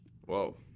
Whoa